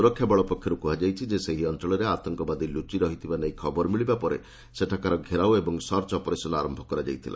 ସୁରକ୍ଷାବଳ ପକ୍ଷରୁ କୁହାଯାଇଛି ଯେ ସେହି ଅଞ୍ଚଳରେ ଆତଙ୍କବାଦୀ ଲୁଚି ରହିଥିବାନେଇ ଖବର ମିଳିବା ପରେ ସେଠାରେ ଘେରାଓ ଓ ସର୍ଚ୍ଚ ଅପରେସନ ଆରମ୍ଭ କରାଯାଇଛି